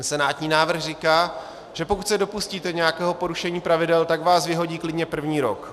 Senátní návrh říká, že pokud se dopustíte nějakého porušení pravidel, tak vás vyhodí klidně první rok.